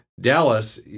Dallas